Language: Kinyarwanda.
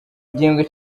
gihembwe